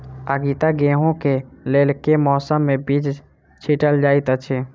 आगिता गेंहूँ कऽ लेल केँ मौसम मे बीज छिटल जाइत अछि?